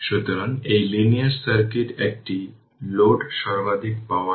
সুতরাং unit step function i 3 দ্বারা অগ্রসর হয়